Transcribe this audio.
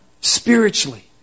spiritually